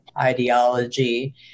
ideology